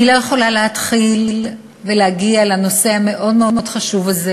אני לא יכולה להתחיל ולהגיע לנושא המאוד-מאוד חשוב הזה